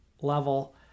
level